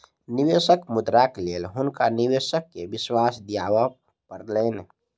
निवेशक मुद्राक लेल हुनका निवेशक के विश्वास दिआबय पड़लैन